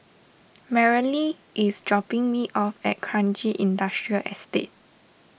Marilee is dropping me off at Kranji Industrial Estate